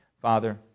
Father